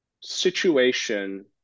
situation